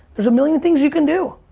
there's a million things you can do.